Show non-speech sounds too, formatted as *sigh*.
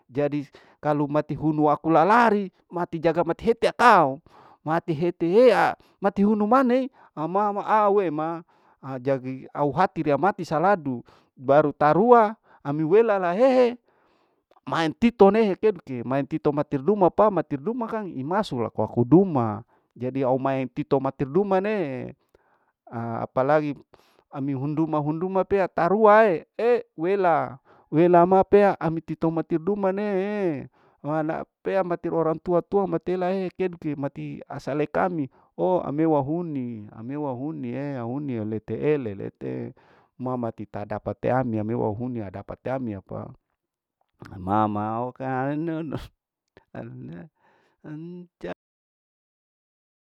Jadi kalu mati hunu aku mati hunuri lalari jaga mati heti atou mati hiti eamati hunu mane hamama awe ma ajadi au hati mati saladu, baru tarua ami welala hehe maen titone kerge titor mati duma pa matir duma kang imasu laku aku duma au maeng titor mati duma nee apalagi ami hunduma hunduma pea tarue ewela, wela ma pea ami tito matir duma ne emana pea mati orang tua tua matela e kerge mati asale kamio ami wa huni ami wahunie lete ele lete mamati tadapate ami, ami wahuni wadapat ami apa mamau keanau *unintelligible*